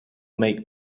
make